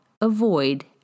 avoid